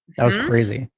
that was crazy.